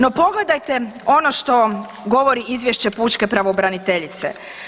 No, pogledajte ono što govori izvješće pučke pravobraniteljice.